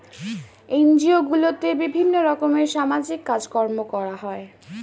NGO গুলোতে বিভিন্ন রকমের সামাজিক কাজকর্ম করা হয়